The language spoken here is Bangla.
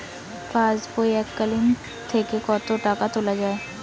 পাশবই এককালীন থেকে কত টাকা তোলা যাবে?